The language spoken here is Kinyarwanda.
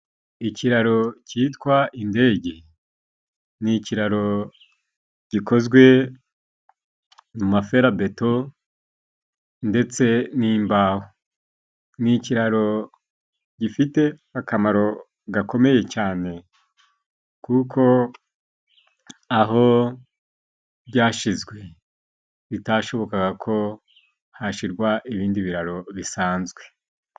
Ikiraro cyitwa indege ni ikiraro gikozwe mu mafelabeto ndetse n'imbaho. Ni ikiraro gifite akamaro gakomeye cyane kuko aho byashyizwe bitashobokaga ko hashyirwa ibindi biraro bisanzwe.